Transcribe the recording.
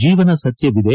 ಜೀವನ ಸತ್ತವಿದೆ